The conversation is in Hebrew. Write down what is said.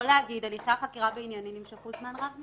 או להגיד הליכי החקירה בענייני נמשכו זמן רב מדי.